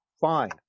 fine